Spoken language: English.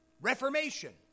Reformation